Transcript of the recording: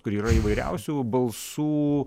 kur yra įvairiausių balsų